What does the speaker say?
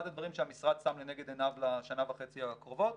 הדברים שהמשרד שם לנגד עיניו לשנה וחצי הקרובות.